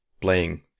playing